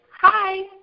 Hi